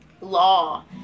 law